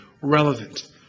relevant